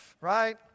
right